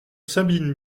sabine